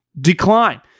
Decline